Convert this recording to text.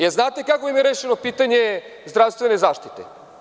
Jel znate kako im je rešeno pitanje zdravstvene zaštite?